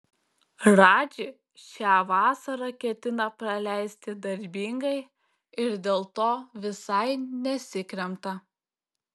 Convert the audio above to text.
radži šią vasarą ketina praleisti darbingai ir dėl to visai nesikremta